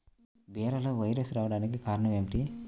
బీరలో వైరస్ రావడానికి కారణం ఏమిటి?